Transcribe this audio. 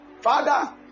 Father